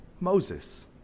Moses